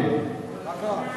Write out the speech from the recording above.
כן,